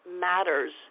matters